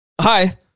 hi